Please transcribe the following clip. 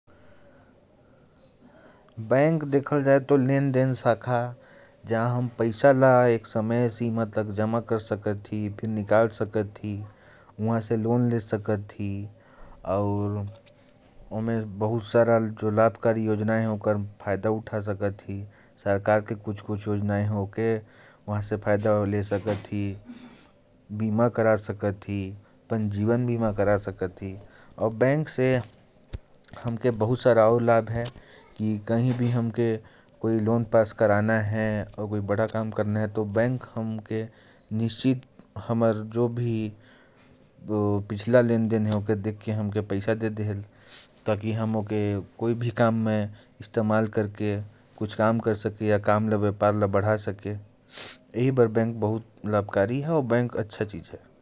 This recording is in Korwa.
बैंक को देखा जाए तो यह लेन-देन की शाखा होती है। यहां हम निश्चित समय तक पैसा जमा कर सकते हैं, सरकार की योजनाओं का लाभ उठा सकते हैं, लोन ले सकते हैं, काम में या व्यापार में पैसा लगा सकते हैं, और जीवन बीमा करवा सकते हैं।